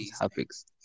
topics